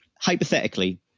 Hypothetically